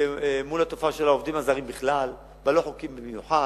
מול התופעה של העובדים הזרים בכלל והלא-חוקיים במיוחד.